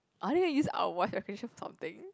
are they going to use our voice recognition something